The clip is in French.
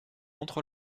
montre